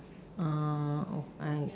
uh oh I